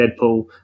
Deadpool